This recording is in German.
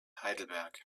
heidelberg